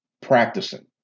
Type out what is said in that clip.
practicing